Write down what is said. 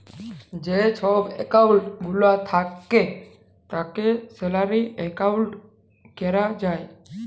যে ছব একাউল্ট গুলা থ্যাকে তাকে স্যালারি একাউল্ট ক্যরা যায়